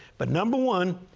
but, number one,